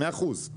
מאה אחוז.